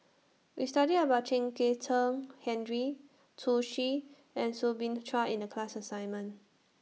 We studied about Chen Kezhan Henri Zhu Xu and Soo Bin Chua in The class assignment